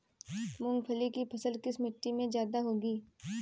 मूंगफली की फसल किस मिट्टी में ज्यादा होगी?